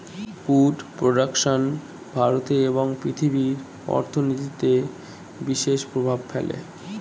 would production ভারতে এবং পৃথিবীর অর্থনীতিতে বিশেষ প্রভাব ফেলে